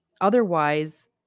otherwise